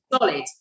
solid